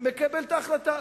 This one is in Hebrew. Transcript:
מקבל את ההחלטה.